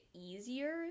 easier